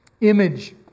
image